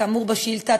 כאמור בשאילתה,